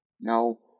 no